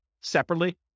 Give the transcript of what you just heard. separately